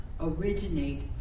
originate